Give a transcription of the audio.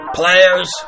players